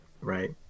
right